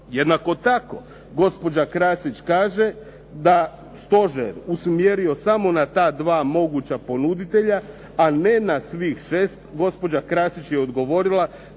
Jednako tako, gospođa Krasić kaže da stožer usmjerio samo na ta 2 moguća ponuditelja, a ne na svih 6. Gospođa Krasić je odgovorila